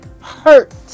Hurt